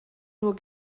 nur